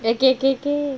ah okay K K